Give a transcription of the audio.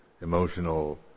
emotional